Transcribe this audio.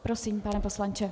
Prosím, pane poslanče.